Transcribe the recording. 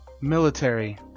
Military